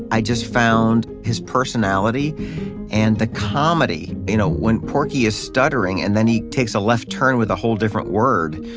i just found his personality and the comedy, you know when porky is stuttering and then he takes a left turn with a whole different word.